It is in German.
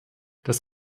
dass